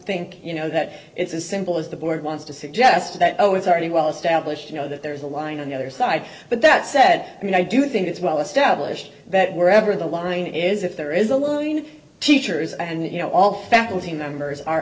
think you know that it's as simple as the board wants to suggest that oh it's already well established you know that there is a line on the other side but that said i mean i do think it's well established that wherever the line is if there is a looming teachers and you know all faculty members are